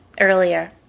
earlier